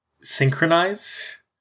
synchronize